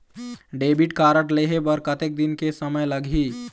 Debit card लेहे बर कतेक दिन के समय लगही?